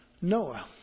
Noah